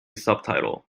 subtitle